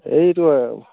এইটো